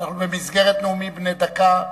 אנחנו במסגרת נאומים בני דקה.